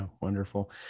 wonderful